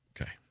Okay